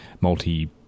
multi